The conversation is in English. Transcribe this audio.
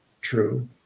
True